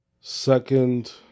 Second